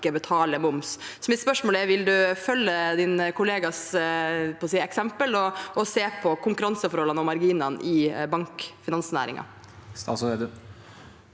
betaler moms. Mitt spørsmål er: Vil statsråden følge sin kollegas eksempel og se på konkurranseforholdene og marginene i bank- og finansnæringen?